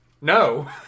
No